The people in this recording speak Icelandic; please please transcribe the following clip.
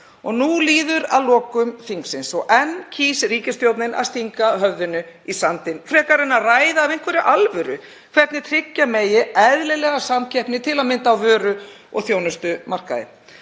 Nú líður að lokum þingsins og enn kýs ríkisstjórnin að stinga höfðinu í sandinn frekar en að ræða af einhverri alvöru hvernig tryggja megi eðlilega samkeppni, til að mynda á vöru- og þjónustumarkaði.